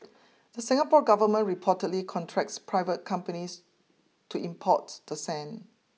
the Singapore government reportedly contracts private companies to import the sand